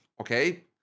Okay